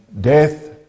death